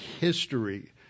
history